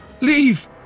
Leave